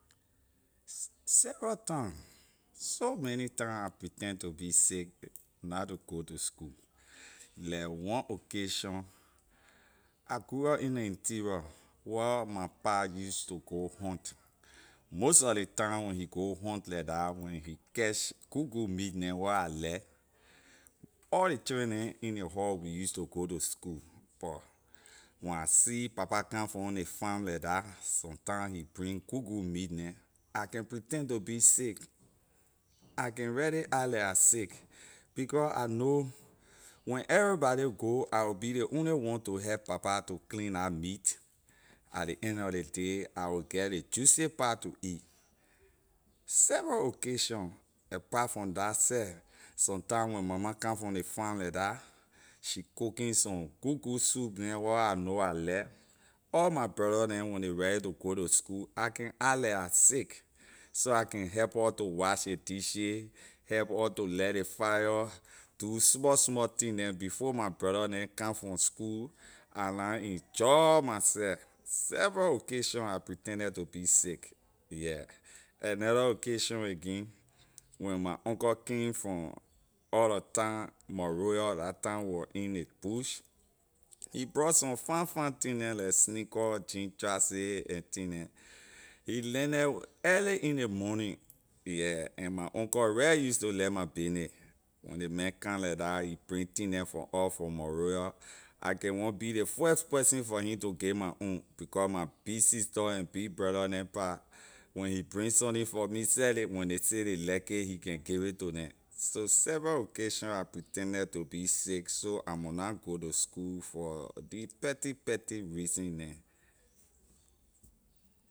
Several time so many time I pretend to be sick not to go to school leh one occasion I grew up in ley interior wor my pa use to go hunt most sor ley time when he go hunt leh dah when he catch good good meat neh wor I like all ley children neh in ley house we use to go to school but when I see papa come from on ley farm leh dah sometime he bring good good meat neh I can pretend to be sick I can really act like I sick becor I know when everybody go i’ll be ley only one to help papa to clean la meat at ley end of ley day i’ll i’ll get ley juicy part to eat several occasion apart from dah seh sometime when mama come from ley farm leh dah she cooking some good good soup neh wor I know I like all my brother neh when ley ready to go to school I can act like I sick so I can help her to wash ley dishes help her to lit ley fire do small small thing neh before my brother neh come from school I na enjoy myseh several occasion I pretended to be sick yeah another occasion again when my uncle came from out lor town monrovia la time we wor in ley bush he brought some fine fine thing neh like sneaker jean trousers and thing neh he landed early in ley morning yeah and my uncle real use to like my bayney when ley man come leh dah he bring thing neh for or from monrovia I can be ley first person for he to give my own becor my big sister and big brother neh own pah when he bring sunni for me seh when ley say ley like it he can give it to neh so several occasion I pretended to be sick so I mon go to school for ley petite petite reason neh.